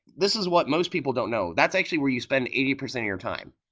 this is what most people don't know. that's actually where you spend eighty percent of your time,